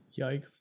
Yikes